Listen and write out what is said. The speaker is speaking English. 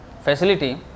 facility